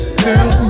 girl